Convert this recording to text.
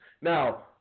Now